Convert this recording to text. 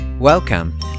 Welcome